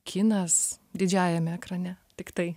kinas didžiajam ekrane tiktai